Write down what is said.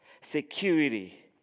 security